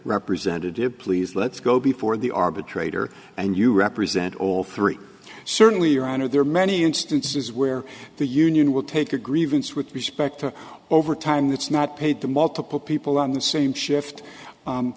representative please let's go before the arbitrator and you represent all three certainly your honor there are many instances where the union will take a grievance with respect to overtime that's not paid to multiple people on the same shift